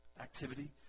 Activity